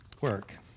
work